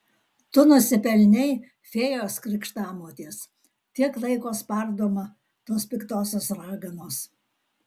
tu nusipelnei fėjos krikštamotės tiek laiko spardoma tos piktosios raganos